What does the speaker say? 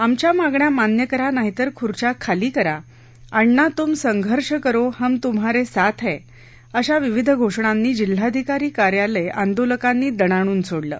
आमच्या मागण्या मान्य करा नाहीतर खुर्च्या खाली करा अण्णा तूम संघर्ष करो हम तुम्हारे साथ है अशा विविध घोषणांनी जिल्हाधिकारी कार्यालय आंदोलकानी दणाणून सोडलं